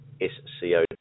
S-C-O